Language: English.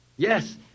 Yes